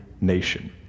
nation